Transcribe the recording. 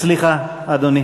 סליחה, אדוני.